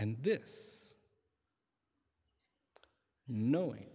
and this knowing